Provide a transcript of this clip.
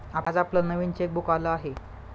आज आपलं नवीन चेकबुक आलं आहे